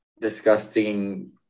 disgusting